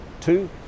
two